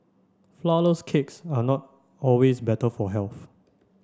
flourless cakes are not always better for health